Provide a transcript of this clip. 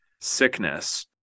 sickness